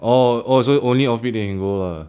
orh orh so only off peak then you go ah